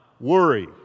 worry